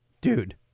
Dude